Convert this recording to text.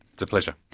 it's a pleasure.